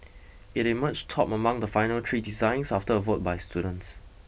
it emerged top among the final three designs after a vote by students